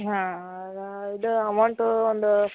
ಹಾಂ ಅದು ಅಮೌಂಟು ಒಂದು